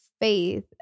faith